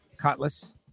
cutlass